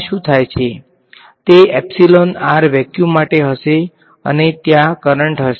region 1 માં શું થાય છે તે એપ્સીલોન r વેક્યુમ માટે હશે અને ત્યાં કરંટ હશે